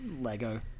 Lego